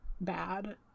bad